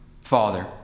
Father